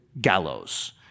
gallows